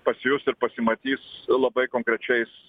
pasijus ir pasimatys labai konkrečiais